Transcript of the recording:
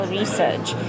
research